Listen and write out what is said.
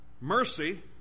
Mercy